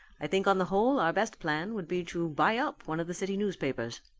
i think on the whole our best plan would be to buy up one of the city newspapers.